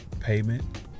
payment